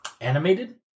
animated